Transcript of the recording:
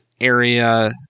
area